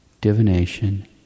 divination